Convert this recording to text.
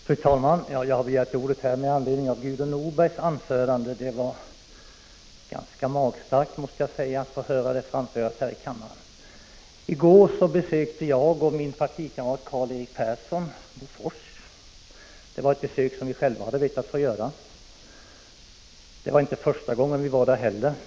Fru talman! Jag har begärt ordet med anledning av Gudrun Norbergs anförande. Det var rätt magstarkt att höra detta framföras i kammaren. I går besökte jag och min partikamrat Karl-Erik Persson Bofors. Det var ett besök som vi själva hade bett att få göra. Det var inte heller första gången vi var där.